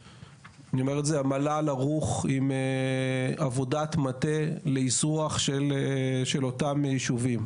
המל"ל ערוך עם עבודת מטה לאזרוח של אותם ישובים,